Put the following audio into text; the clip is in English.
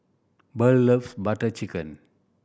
Burl loves Butter Chicken